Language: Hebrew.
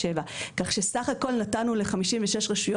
אבל לפני כן